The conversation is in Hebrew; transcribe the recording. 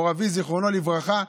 מו"ר אבי, זיכרונו לברכה,